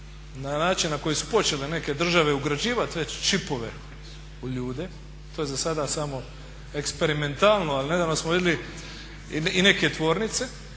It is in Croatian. na način na koji su počele neke države ugrađivati već čipove u ljude to je za sada samo eksperimentalno. Ali nedavno smo vidjeli i neke tvornice.